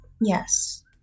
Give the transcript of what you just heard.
Yes